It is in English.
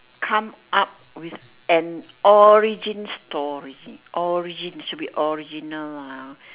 come up with an origin story origin should be original ah